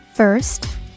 First